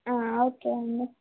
okay అండి